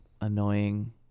annoying